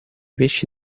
pesci